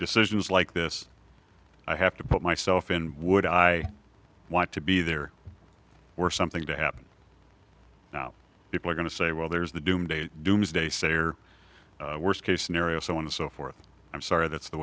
decisions like this i have to put myself in would i want to be there were something to happen now people are going to say well there's the doom day a doomsday sayer worst case scenario so and so forth i'm sorry that's the